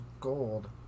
Gold